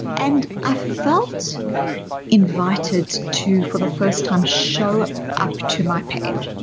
and i felt invited to, for the first time, show up to my pain